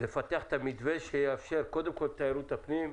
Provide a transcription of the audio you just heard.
לפתח את המתווה שיאפשר קודם כול תיירות פנים.